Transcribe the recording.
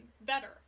better